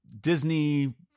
Disney